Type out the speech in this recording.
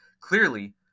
Clearly